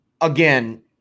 Again